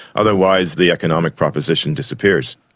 otherwise the economic proposition disappears.